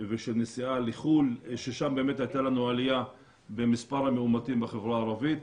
ושל נסיעה לחו"ל ששם באמת הייתה עלייה במספר המאומתים בחברה הערבית.